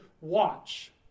watch